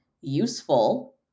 useful